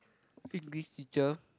English teacher